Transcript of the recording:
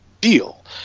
deal